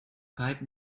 pipe